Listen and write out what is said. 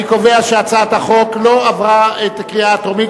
אני קובע שהצעת החוק לא עברה את הקריאה הטרומית,